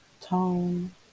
tone